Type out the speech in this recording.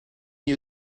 you